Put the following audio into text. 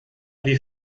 wie